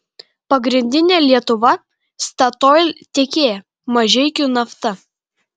pagrindinė lietuva statoil tiekėja mažeikių nafta